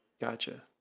Gotcha